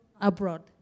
abroad